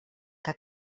que